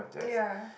yeah